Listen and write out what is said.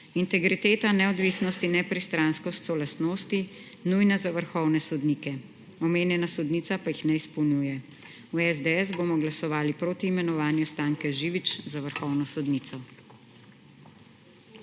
Integriteta neodvisnosti, nepristranskost so lastnosti, nujna za vrhovne sodnike, omenjena sodnica pa jih ne izpolnjuje. V SDS bomo glasovali proti imenovanju Stanke Živič za vrhovno sodnico.